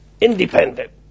Independent